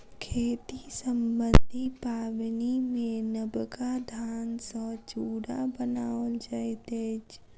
खेती सम्बन्धी पाबनिमे नबका धान सॅ चूड़ा बनाओल जाइत अछि